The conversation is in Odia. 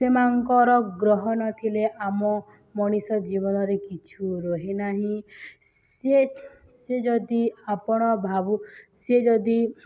ସେମାନଙ୍କର ଗ୍ରହ ନଥିଲେ ଆମ ମଣିଷ ଜୀବନରେ କିଛି ରହେ ନାହିଁ ସେ ସେ ଯଦି ଆପଣ ସେ ଯଦି